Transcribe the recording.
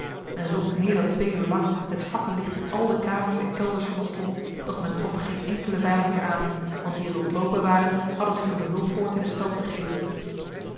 men zocht meer dan twee uur lang met fakkellicht in al de kamers en kelders van het slot doch men trof geen enkele vijand meer aan want die het ontlopen waren hadden zich door de hulppoort in het veld begeven